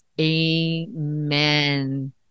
Amen